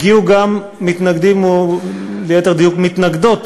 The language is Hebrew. הגיעו גם מתנגדים, ליתר דיוק, מתנגדות